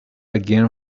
again